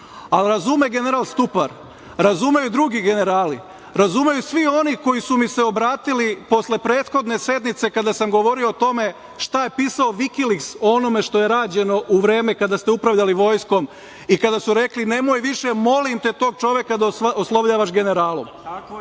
Razume general Stupar, razumeju drugi generali, razumeju svi oni koji su mi se obratili posle prethodne sednice kada sam govorio o tome šta je pisao „Vikiliks“ o onome što je rađeno u vreme kada ste upravljali Vojskom i kada su rekli – nemoj više molim te tog čoveka da oslovljavaš generalom,